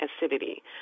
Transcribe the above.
acidity